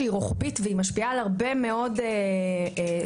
שהיא רוחבית ומשפיעה על הרבה מאוד סוגיות,